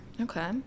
Okay